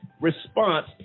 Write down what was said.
response